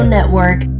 Network